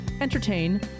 entertain